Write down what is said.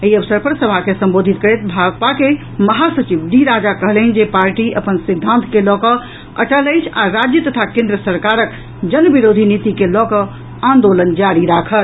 एहि अवसर पर सभा के संबोधित करैत भाकपा के महासचिव डी राजा कहलनि जे पार्टी अपन सिद्धांत के लऽ कऽ अटल अछि आ राज्य तथा केन्द्र सरकारक जन विरोधी नीति के लऽ कऽ आंदोलन जारी राखत